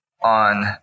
on